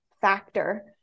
factor